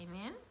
amen